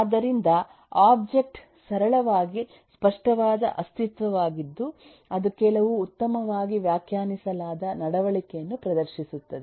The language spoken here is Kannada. ಆದ್ದರಿಂದ ಒಬ್ಜೆಕ್ಟ್ ಸರಳವಾಗಿ ಸ್ಪಷ್ಟವಾದ ಅಸ್ತಿತ್ವವಾಗಿದ್ದು ಅದು ಕೆಲವು ಉತ್ತಮವಾಗಿ ವ್ಯಾಖ್ಯಾನಿಸಲಾದ ನಡವಳಿಕೆಯನ್ನು ಪ್ರದರ್ಶಿಸುತ್ತದೆ